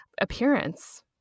appearance